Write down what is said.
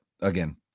again